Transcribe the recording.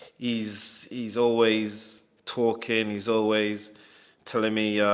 he's he's always talking, he's always telling me